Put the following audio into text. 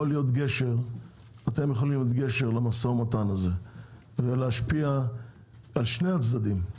להיות גשר למשא ומתן הזה ולהשפיע על שני הצדדים.